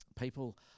People